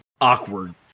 awkward